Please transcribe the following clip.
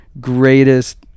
greatest